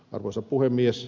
arvoisa puhemies